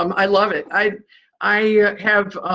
um i love it. i i have